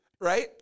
right